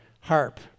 harp